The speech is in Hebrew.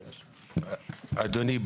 אדוני,